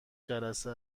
جلسه